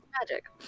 magic